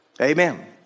Amen